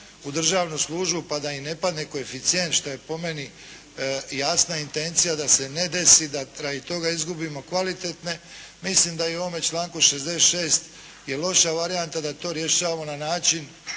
u državnu službu pa da im ne padne koeficijent što je po meni jasna intencija da se ne desi da radi toga izgubimo kvalitetne, mislim da i u ovome članku 66. je loša varijanta da to rješavamo na način